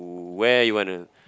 where you wana